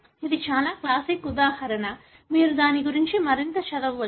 ఇది చాలా క్లాసిక్ ఉదాహరణ మీరు దాని గురించి మరింత చదవవచ్చు